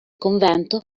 convento